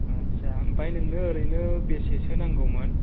आथ्सा ओमफ्राय नोंनो ओरैनो बेसेसो नांगौमोन